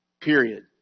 period